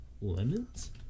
Lemons